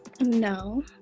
No